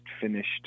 finished